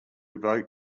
evoke